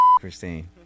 Christine